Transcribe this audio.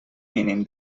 mínim